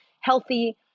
healthy